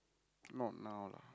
not now lah